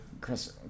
chris